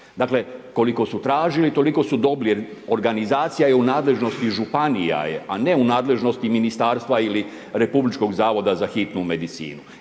Dakle, koliko su tražili, toliko su dobili jer organizacija je u nadležnosti županija, a ne u nadležnosti Ministarstva ili Republičkog zavoda za hitnu medicinu.